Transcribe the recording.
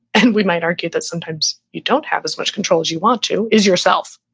and we might argue that sometimes you don't have as much control as you want to, is yourself.